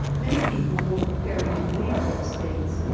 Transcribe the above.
many people were preparing to leave for the states,